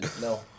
No